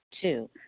Two